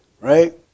Right